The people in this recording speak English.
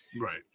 Right